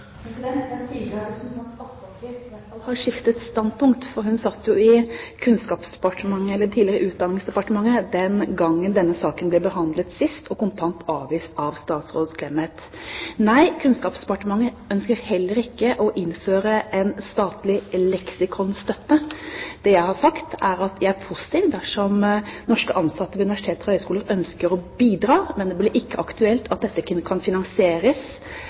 er tydelig at representanten Aspaker i hvert fall har skiftet standpunkt, for hun satt jo i Kunnskapsdepartementet, eller det tidligere Utdanningsdepartementet, den gangen denne saken ble behandlet sist, og kontant avvist av statsråd Clemet. Nei, Kunnskapsdepartementet ønsker heller ikke å innføre en statlig leksikonstøtte. Det jeg har sagt, er at jeg er positiv dersom norske ansatte ved universiteter og høyskoler ønsker å bidra, men det blir ikke aktuelt at dette kan finansieres